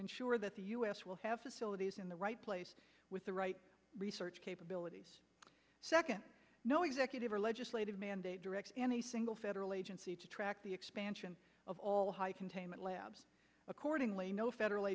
ensure that the us will have facilities in the right place with the right research capabilities second no executive or legislative mandate directs and a single federal agency to track the expansion of all high containment labs accordingly no federal